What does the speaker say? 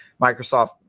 Microsoft